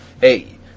hey